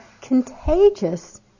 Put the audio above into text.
contagious